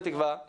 בתקווה,